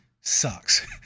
sucks